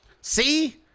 See